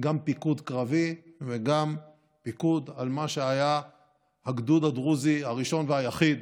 גם פיקוד קרבי וגם פיקוד על מה שהיה הגדוד הדרוזי הראשון והיחיד